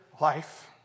life